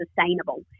sustainable